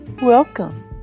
Welcome